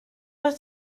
fod